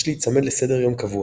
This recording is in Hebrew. יש להיצמד לסדר יום קבוע,